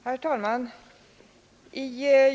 Herr talman!